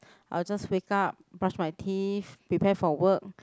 I just wake up brush my teeth prepare for work